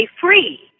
free